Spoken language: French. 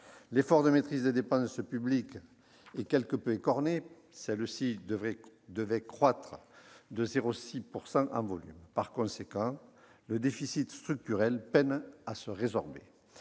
L'effort de maîtrise des dépenses publiques est quelque peu écorné, puisque celles-ci devraient croître de 0,6 % en volume. Par conséquent, le déficit structurel peine à se résorber.